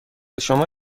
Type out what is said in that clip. شما